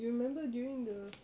you remember during the